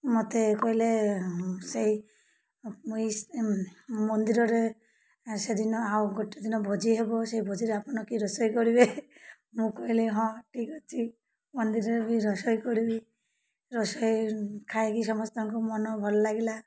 ମୋତେ କହିଲେ ସେଇ ମନ୍ଦିରରେ ସେଦିନ ଆଉ ଗୋଟେ ଦିନ ଭୋଜି ହେବ ସେଇ ଭୋଜିରେ ଆପଣ କି ରୋଷେଇ କରିବେ ମୁଁ କହିଲି ହଁ ଠିକ୍ ଅଛି ମନ୍ଦିରରେ ବି ରୋଷେଇ କରିବି ରୋଷେଇ ଖାଇକି ସମସ୍ତଙ୍କୁ ମନ ଭଲ ଲାଗିଲା